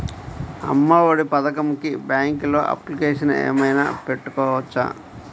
అమ్మ ఒడి పథకంకి బ్యాంకులో అప్లికేషన్ ఏమైనా పెట్టుకోవచ్చా?